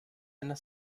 and